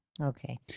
Okay